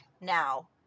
now